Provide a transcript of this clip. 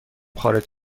خارج